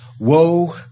Woe